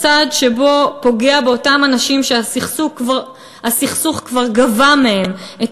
בצעד שבו הוא פוגע באותם אנשים שהסכסוך כבר גבה מהם את